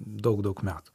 daug daug metų